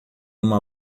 uma